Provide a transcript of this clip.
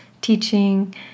teaching